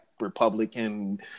Republican